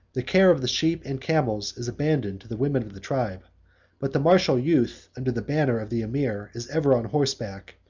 the care of the sheep and camels is abandoned to the women of the tribe but the martial youth, under the banner of the emir, is ever on horseback,